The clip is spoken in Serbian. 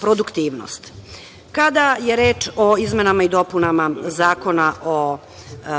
produktivnost. Kada je reč o izmenama i dopunama Zakona o